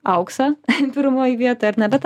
auksą pirmoj vietoj ar ne bet